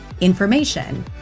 information